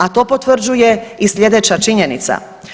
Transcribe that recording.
A to potvrđuje i slijedeća činjenica.